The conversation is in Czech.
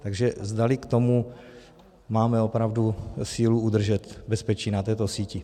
Takže zdali k tomu máme opravdu sílu udržet bezpečí na této síti.